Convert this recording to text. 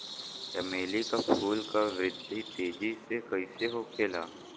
चमेली क फूल क वृद्धि तेजी से कईसे होखेला?